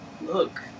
look